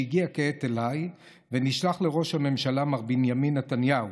שהגיע כעת אליי ונשלח לראש הממשלה מר בנימין נתניהו.